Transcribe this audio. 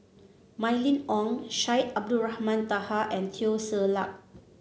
Mylene Ong Syed Abdulrahman Taha and Teo Ser Luck